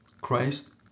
Christ